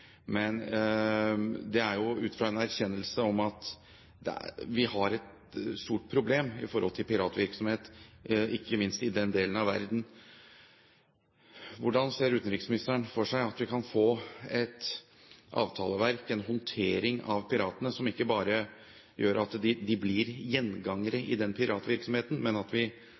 men det er jo ut fra en erkjennelse av at vi har et stort problem i forhold til piratvirksomhet, ikke minst i den del av verden. Hvordan ser utenriksministeren for seg at vi kan få et avtaleverk, en håndtering av piratene, som gjør at de ikke blir gjengangere i piratvirksomheten, men at vi